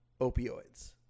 opioids